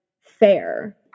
fair